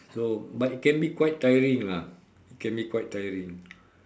so but it can be quite tiring lah it can be quite tiring